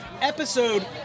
episode